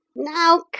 now,